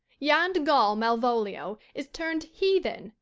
yond gull malvolio is turn'd heathen,